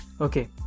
Okay